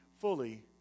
fully